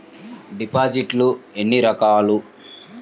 డిపాజిట్లు ఎన్ని రకాలు?